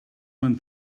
man